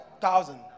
Thousand